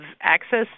access